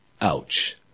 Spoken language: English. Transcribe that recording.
Ouch